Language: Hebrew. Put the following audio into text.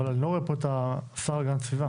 אבל אני לא רואה פה את השר להגנת הסביבה.